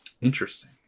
Interesting